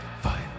Fight